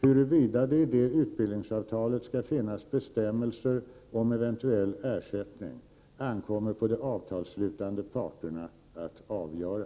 Huruvida det i det utbildningsavtalet skall finnas bestämmelser om eventuell ersättning ankommer på de avtalslutande parterna att avgöra.